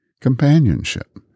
companionship